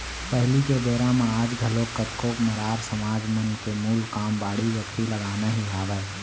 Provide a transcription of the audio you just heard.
पहिली के बेरा म आज घलोक कतको मरार समाज मन के मूल काम बाड़ी बखरी लगाना ही हावय